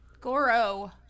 Goro